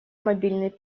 мобильный